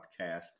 podcast